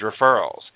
referrals